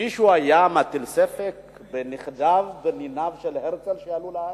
האם מישהו היה מטיל ספק בנכדיו וניניו של הרצל שעלו לארץ,